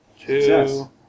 Two